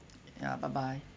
ya bye bye